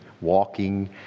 walking